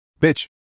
Bitch